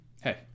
hey